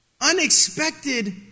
Unexpected